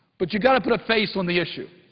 but you've got to put a face on the issue.